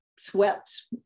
Sweats